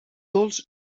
dolç